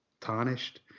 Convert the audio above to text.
Tarnished